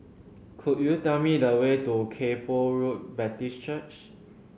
could you tell me the way to Kay Poh Road Baptist Church